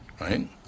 Right